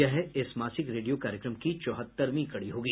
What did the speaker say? यह इस मासिक रेडियो कार्यक्रम की चौहत्तरवीं कड़ी होगी